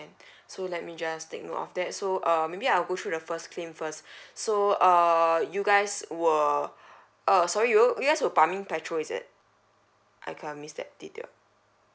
so let me just take note of that so uh maybe I'll go through the first claim first so uh you guys were err sorry you guys were pumping petrol is it I kind of miss that detail